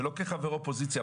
ולא כחבר אופוזיציה,